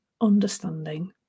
understanding